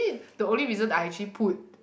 the only reason I actually put